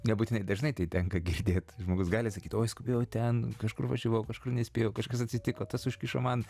nebūtinai dažnai tai tenka girdėt žmogus gali sakyt oi skubėjau ten kažkur važiavau kažkur nespėjau kažkas atsitiko tas užkišo man